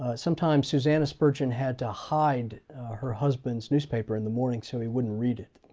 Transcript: ah sometimes susannah spurgeon had to hide her husband's newspaper in the morning so he wouldn't read it.